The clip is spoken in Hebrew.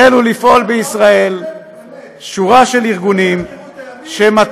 החלו לפעול בישראל שורה של ארגונים שמטרותיהם,